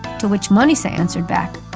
to which manisha answered back,